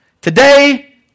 Today